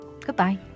Goodbye